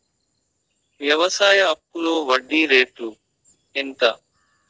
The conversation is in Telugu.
వ్యవసాయ అప్పులో వడ్డీ రేట్లు ఎంత?